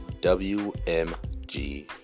WMG